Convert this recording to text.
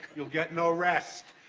you'll get no rest!